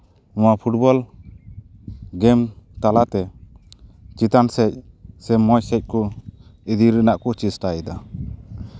ᱱᱚᱣᱟ football game ᱛᱟᱞᱟᱛᱮ ᱪᱮᱛᱟᱱ ᱥᱮᱫ ᱥᱮ ᱢᱚᱡᱽ ᱥᱮᱫ ᱠᱚ ᱤᱫᱤ ᱨᱮᱱᱟᱜ ᱠᱚ ᱪᱮᱥᱴᱟᱭᱮᱫᱟ